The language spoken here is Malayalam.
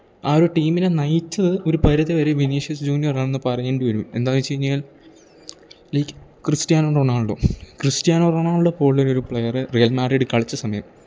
ആ ഒരു ടീമിനെ നയിച്ചത് ഒരു പരിതി വരെ വിനീഷസ് ജൂന്യറാണെന്ന് പറയേണ്ടി വരും എന്താന്ന് വെച്ച് കഴിഞ്ഞാൽ like Cristiano Ronaldo Cristiano Ronaldo പോലെ ഉള്ളൊരു പ്ലെയറ് റിയൽ മാറിഡിൽ കളിച്ച സമയം